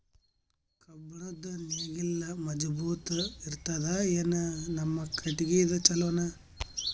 ಕಬ್ಬುಣದ್ ನೇಗಿಲ್ ಮಜಬೂತ ಇರತದಾ, ಏನ ನಮ್ಮ ಕಟಗಿದೇ ಚಲೋನಾ?